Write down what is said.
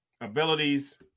abilities